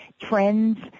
trends